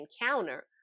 encounter